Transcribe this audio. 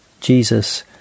Jesus